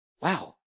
wow